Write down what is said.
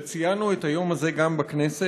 וציינו את היום הזה גם בכנסת,